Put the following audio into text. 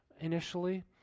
initially